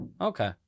okay